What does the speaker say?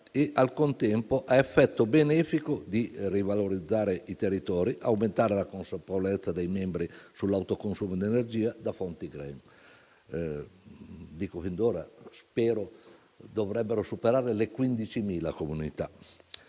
e al contempo ha l'effetto benefico di rivalorizzare i territori e aumentare la consapevolezza dei membri sull'autoconsumo di energia da fonti *green.* Secondo gli analisti - spero sia così - si dovrebbero superare le 15.000 comunità.